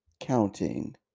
Counting